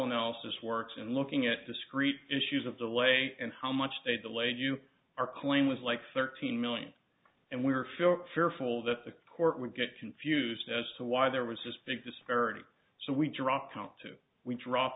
analysis works and looking at discreet issues of the way and how much they delayed you are claim was like thirteen million and we were filled fearful that the court would get confused as to why there was this big disparity so we dropped count to drop